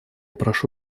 прошу